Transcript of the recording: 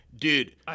dude